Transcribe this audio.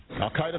Al-Qaeda